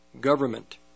government